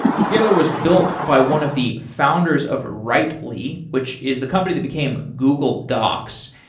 scalyr was built by one of the founders of writely, which is the company that became google docs,